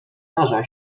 tarza